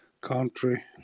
country